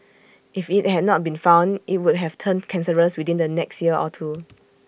if IT had not been found IT would have turned cancerous within the next year or two